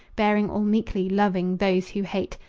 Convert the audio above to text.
bearing all meekly, loving those who hate.